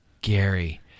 gary